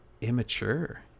immature